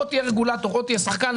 או תהיה רגולטור או תהיה שחקן,